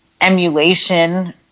emulation